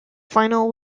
final